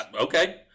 Okay